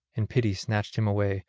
in pity snatched him away,